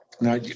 now